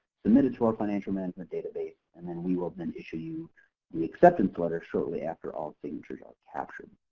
submitted to our financial manager database, and then we will then issue you the acceptance letter shortly after all signatures are captured.